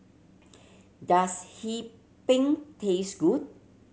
does Hee Pan taste good